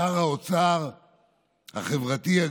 שר האוצר החברתי?